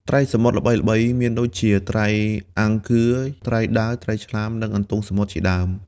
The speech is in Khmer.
ត្រីសមុទ្រល្បីៗមានដូចជា ត្រីអាំងកឺយ ត្រីដាវ ត្រីឆ្លាម និងអន្ទង់សមុទ្រជាដើម។